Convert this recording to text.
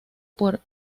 por